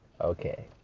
okay